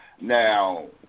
Now